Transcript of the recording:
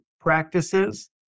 practices